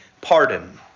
pardon